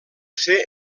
ser